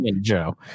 Joe